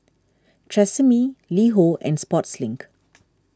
Tresemme LiHo and Sportslink